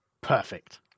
Perfect